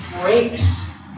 breaks